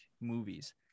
movies